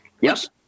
Yes